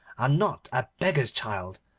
and not a beggar's child,